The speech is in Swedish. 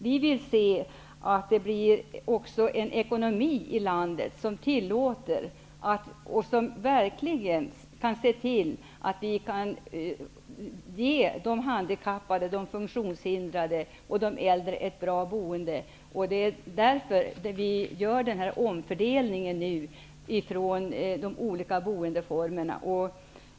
Vi vill också få en ekonomi i landet som verkligen tillåter att vi kan ge de handikappade, de funktionshindrade och de äldre ett bra boende. Det är därför som vi nu gör denna omfördelning mellan de olika boendeformerna.